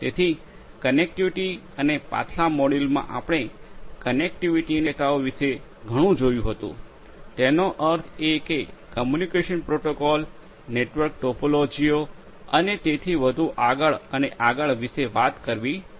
તેથી કનેક્ટિવિટી અને પાછલા મોડ્યુલમાં આપણે કનેક્ટિવિટીની વિવિધ શક્યતાઓ વિશે ઘણું જોયું હતું તેનો અર્થ એ કે કમ્યુનિકેશન પ્રોટોકોલ્સ નેટવર્ક ટોપોલોજીઓ અને તેથી વધુ આગળ અને આગળ વિશે વાત કરવી જોઈએ